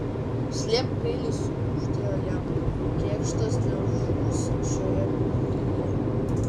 slėpk peilį sukuždėjo jam kėkštas nežus šioje pilyje